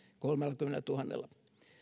kolmellakymmenellätuhannella